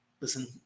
Listen